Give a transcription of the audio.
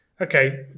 Okay